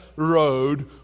road